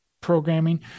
programming